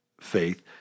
faith